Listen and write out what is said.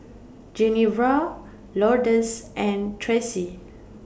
Genevra Lourdes and Traci